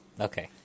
okay